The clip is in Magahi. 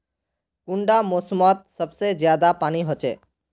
कुंडा मोसमोत सबसे ज्यादा पानी होचे?